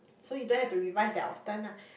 so you don't have to revise that often lah